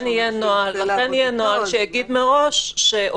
שאומר שהוא יוצא לעבודתו --- לכן יהיה נוהל שיגיד מראש שעובדים,